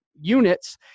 units